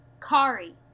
Kari